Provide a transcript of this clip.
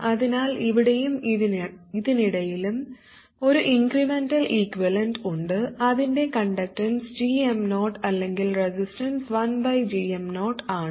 അതിനാൽ ഇവിടെയും ഇതിനിടയിലും ഒരു ഇൻക്രെമെന്റൽ ഇക്വിവാലെന്റ് ഉണ്ട് അതിന്റെ കണ്ടക്ടൻസ് gm0 അല്ലെങ്കിൽ റെസിസ്റ്റൻസ് 1gm0 ആണ്